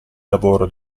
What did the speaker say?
lavoro